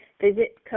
visit